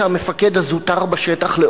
שהמפקד הזוטר בשטח יצטרך להרכיב,